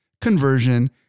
conversion